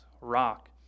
rock